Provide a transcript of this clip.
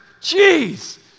Jeez